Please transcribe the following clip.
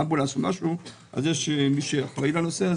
אמבולנס או משהו - יש מי שאחראים לנושא.